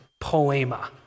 poema